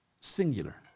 singular